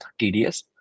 TDS